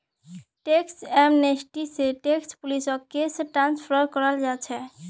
tax amnesty स tax पुलिसक case transfer कराल जा छेक